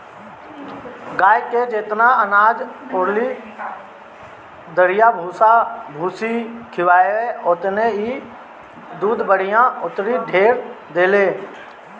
गाए के जेतना अनाज अउरी दरिया भूसा भूसी खियाव ओतने इ दूध बढ़िया अउरी ढेर देले